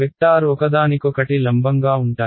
vector ఒకదానికొకటి లంబంగా ఉంటాయి